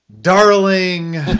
darling